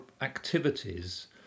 activities